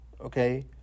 okay